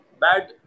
bad